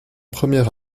premier